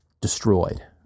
destroyed